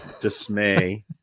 dismay